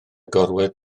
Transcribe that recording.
gorwedd